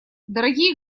дорогие